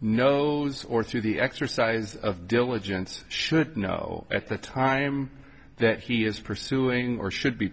knows or through the exercise of diligence should know at the time that he is pursuing or should be